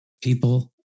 People